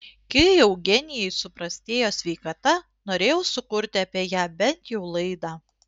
kai eugenijai suprastėjo sveikata norėjau sukurti apie ją bent jau laidą